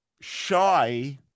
shy